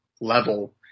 level